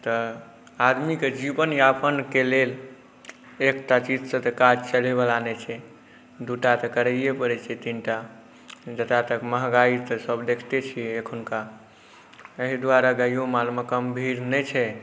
तऽ आदमीके जीवनयापनके लेल एकटा चीजसँ तऽ काज चलैवला नहि छै दुइ टा तऽ करैए पड़ै छै तीन टा जतऽ तक महगाइ तऽ सब देखते छिए एखुनका एहि दुआरे गाइओ मालमे कम भीड़ नहि छै